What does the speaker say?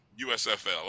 USFL